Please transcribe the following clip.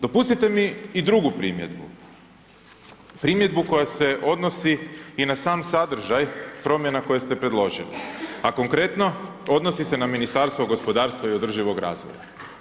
Dopustite mi i drugu primjedbu, primjedbu koja se odnosi i na sam sadržaj promjena koje ste predložili, a konkretno odnosi se na Ministarstvo gospodarstva i održivog razvoja.